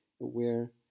aware